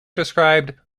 described